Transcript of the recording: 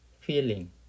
feeling